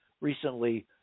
recently